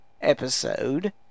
episode